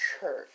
church